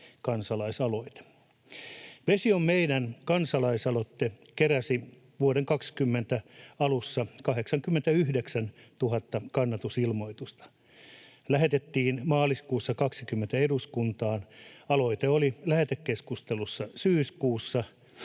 kansalaisaloite. Vesi on meidän ‑kansalaisaloite keräsi vuoden 20 alussa 89 000 kannatusilmoitusta. Se lähetettiin maaliskuussa 20 eduskuntaan, aloite oli lähetekeskustelussa syyskuussa,